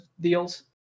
deals